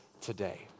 today